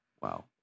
Wow